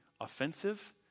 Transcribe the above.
offensive